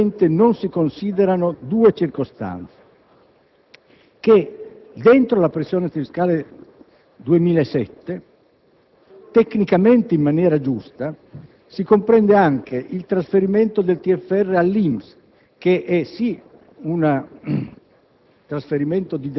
e comunemente non si considerano due circostanze. In primo luogo, che all'interno della pressione fiscale 2007, tecnicamente in maniera giusta, si comprende anche il trasferimento del TFR al l'INPS, che è sì un